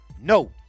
no